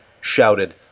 shouted